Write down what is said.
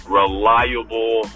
reliable